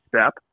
step